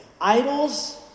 Idols